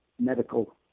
medical